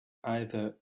either